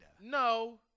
No